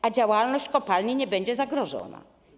Czy działalność kopalni nie będzie zagrożona?